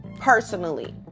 Personally